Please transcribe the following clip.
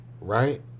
right